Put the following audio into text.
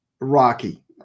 rocky